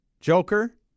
Joker